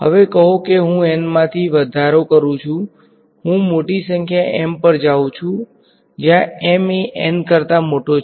હવે કહો કે હું N માંથી વધારો કરું છું હું મોટી સંખ્યા M પર જાઉં છું જ્યાં M એ N કરતાં મોટો છે